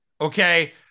okay